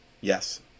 Yes